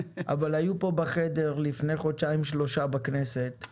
אבל הם היו פה בחדר לפני חודשיים-שלושה בכנסת.